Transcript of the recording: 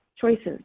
choices